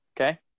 Okay